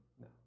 No